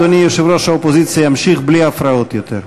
אדוני יושב-ראש האופוזיציה ימשיך בלי הפרעות יותר.